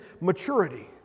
maturity